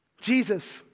Jesus